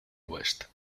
west